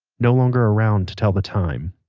no longer around to tell the time.